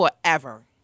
forever